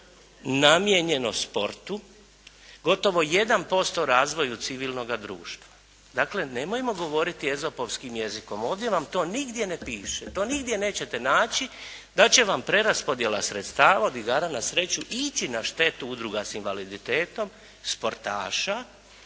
namijenjeno sportu, gotovo 1% razvoju civilnoga društva. Dakle nemojmo govoriti ezopovskim jezikom. Ovdje vam to nigdje ne piše. To nigdje nećete naći da će vam preraspodjela sredstava od igara na sreću ići na štetu udruga sa invaliditetom sportaša,